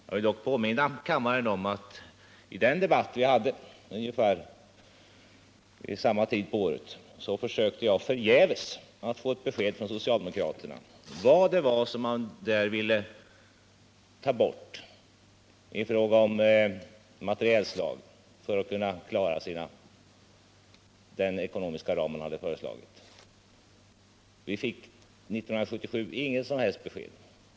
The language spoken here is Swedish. Jag vill dock påminna kammaren om att i debatten det året försökte jag förgäves få ett besked från socialdemokraterna om vad det var man ville ta bort i fråga om materielslag för att kunna klara den ekonomiska ram man hade föreslagit. Vi fick 1977 inget som helst besked.